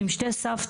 עם שתי סבתות.